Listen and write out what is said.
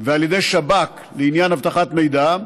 ועל ידי השב"כ לעניין אבטחת מידע,